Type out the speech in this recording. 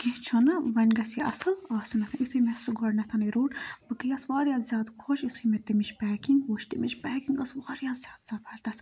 کینٛہہ چھُنہٕ وۄنۍ گژھِ یہِ اَصٕل آسُن یُتھُے مےٚ سُہ گۄڈنٮ۪تھَنٕے روٚٹ بہٕ گٔیَس واریاہ زیادٕ خۄش یُتھُے مےٚ تیٚمِچ پیٚکِنٛگ وچھ تمِچ پیکِنٛگ ٲس واریاہ زیادٕ زبردس